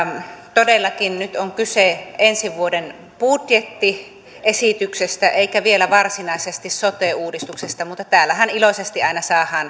todellakin nyt on kyse ensi vuoden budjettiesityksestä eikä vielä varsinaisesti sote uudistuksesta mutta täällähän iloisesti aina